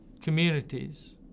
communities